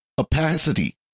opacity